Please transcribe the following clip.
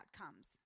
outcomes